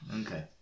Okay